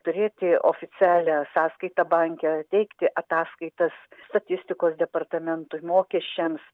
turėti oficialią sąskaitą banke teikti ataskaitas statistikos departamentui mokesčiams